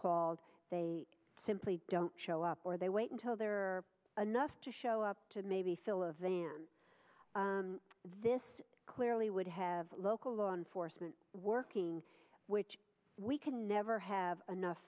called they simply don't show up or they wait until there are enough to show up to maybe fill a van this clearly would have local law enforcement working which we can never have enough